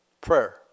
prayer